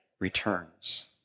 returns